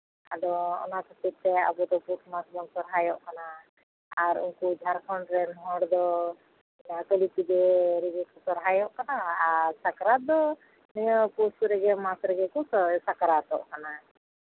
ᱟᱫᱚ ᱚᱱᱟ ᱠᱷᱟᱹᱛᱤᱨ ᱛᱮ ᱟᱵᱚ ᱫᱚ ᱯᱩᱥ ᱢᱟᱥ ᱵᱚᱱ ᱥᱚᱨᱦᱟᱭᱚᱜ ᱠᱟᱱᱟ ᱟᱨ ᱩᱱᱠᱩ ᱡᱷᱟᱲᱠᱷᱚᱸᱰ ᱨᱮᱱ ᱦᱚᱲᱫᱚ ᱠᱟᱹᱞᱤᱯᱩᱡᱟᱹ ᱨᱮᱜᱮ ᱠᱚ ᱥᱚᱨᱦᱟᱭᱚᱜ ᱠᱟᱱᱟ ᱟᱨ ᱥᱟᱠᱨᱟᱛ ᱫᱚ ᱱᱤᱭᱟᱹ ᱯᱩᱥ ᱨᱮᱜᱮ ᱢᱟᱥ ᱨᱮᱜᱮ ᱠᱚ ᱥᱟᱠᱨᱟᱛᱚᱜ ᱠᱟᱱᱟ